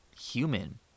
human